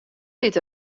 liet